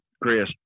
Chris